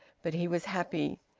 but he was happy.